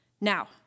Now